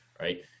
right